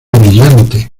brillante